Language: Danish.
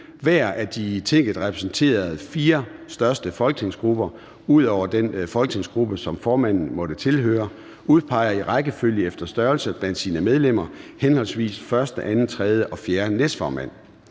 »Hver af de i Tinget repræsenterede fire største folketingsgrupper ud over den folketingsgruppe, som formanden måtte tilhøre, udpeger i rækkefølge efter størrelse blandt sine medlemmer henholdsvis første, anden, tredje